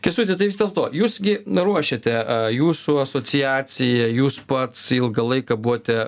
kęstuti tai vis dėlto jūs gi ruošiate jūsų asociacija jūs pats ilgą laiką buvote